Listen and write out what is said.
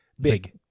Big